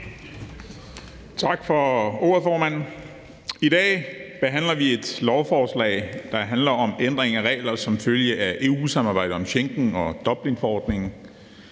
Tak for ordet, formand. I dag behandler vi et lovforslag, der handler om ændring af regler som følge af EU-samarbejdet om Schengen og Dublinforordningen,